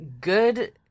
good